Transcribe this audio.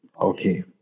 Okay